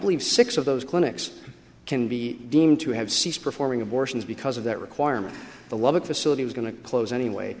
believe six of those clinics can be deemed to have ceased performing abortions because of that requirement the lubbock facility was going to close anyway